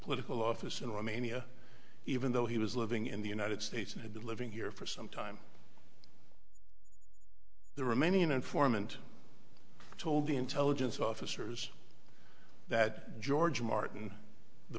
political office in romania even though he was living in the united states and had been living here for some time the remaining informant told the intelligence officers that george martin the